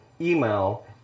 email